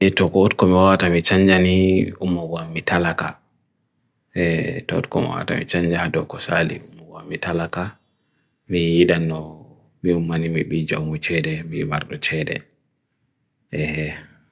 E toko utkomi wa tamichanjani umo wa mitalaka. E toko utkomi wa tamichanjana doko sali umo wa mitalaka. Mii idano, mii umani mii bija umo chere, mii bago chere.